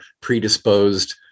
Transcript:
predisposed